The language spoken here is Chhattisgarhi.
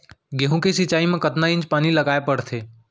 गेहूँ के सिंचाई मा कतना इंच पानी लगाए पड़थे?